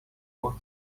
فوت